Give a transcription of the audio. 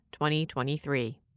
2023